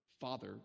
father